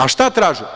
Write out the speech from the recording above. A, šta traže?